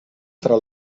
tra